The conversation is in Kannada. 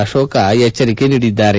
ಅಶೋಕ ಎಚ್ಚರಿಕೆ ನೀಡಿದ್ದಾರೆ